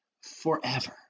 forever